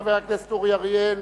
חבר הכנסת אורי אריאל,